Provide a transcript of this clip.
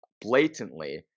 blatantly